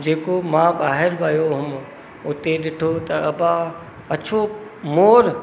जेको मां ॿाहिरि वियो हुयुमि उते ॾिठो त अबा अछो मोरु